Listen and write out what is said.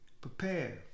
prepare